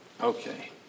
Okay